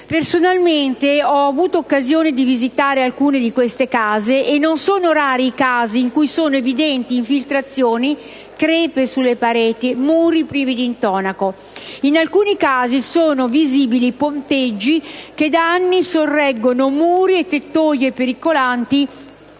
Personalmente ho avuto occasione di vedere alcune di queste case e non sono rari i casi in cui sono evidenti infiltrazioni, crepe sulle pareti, muri privi di intonaco; in alcuni casi sono visibili ponteggi che da anni sorreggono muri o tettoie pericolanti,